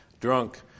Drunk